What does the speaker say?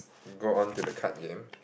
go on to the card game